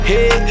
Hey